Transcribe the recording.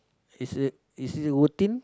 is it is it routine